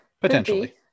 potentially